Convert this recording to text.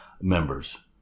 members